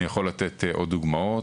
אני יכול לתת עוד דוגמאות.